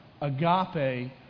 Agape